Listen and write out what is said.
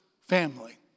family